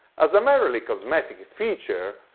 as a merely cosmetic feature,